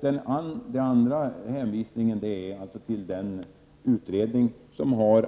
Den andra hänvisningen gäller den utredning som har